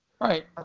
right